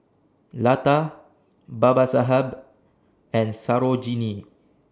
Lata Babasaheb and Sarojini